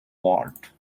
halt